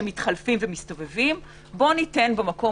שמתחלפים ומסתובבים - בוא ניתן במקום